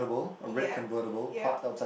ya ya